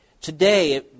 Today